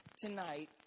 tonight